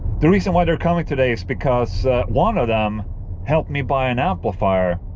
the reason why they're coming today is because one of them helped me buy an amplifier